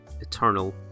Eternal